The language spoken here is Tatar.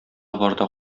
барда